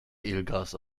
edelgas